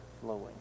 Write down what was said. flowing